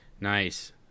Nice